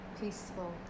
peaceful